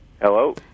Hello